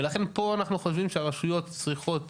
אנחנו חושבים שהרשויות צריכות